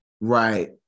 Right